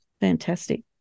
fantastic